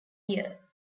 year